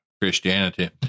Christianity